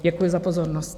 Děkuji za pozornost.